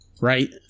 Right